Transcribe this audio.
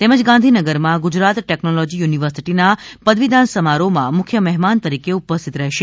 તેમજ ગાંધીનગરમાં ગુજરાત ટેકનોલોજી યુનિવર્સિટીના પદવીદાન સમારોહમાં મુખ્ય મહેમાન તરીકે ઉપસ્થિત રહેશે